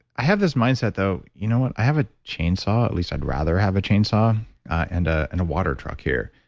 i have this mindset though, you know what? i have a chainsaw, at least i'd rather have a chainsaw and ah and a water truck here.